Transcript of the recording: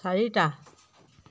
চাৰিটা